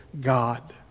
God